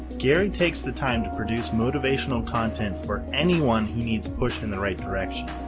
gary takes the time to produce motivational content for anyone who needs push in the right direction.